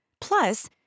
Plus